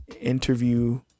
interview